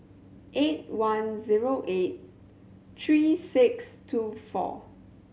eight one zero eight three six two four